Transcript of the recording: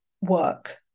work